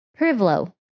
Privlo